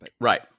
Right